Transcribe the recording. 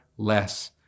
less